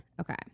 Okay